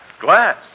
Glass